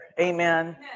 Amen